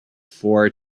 four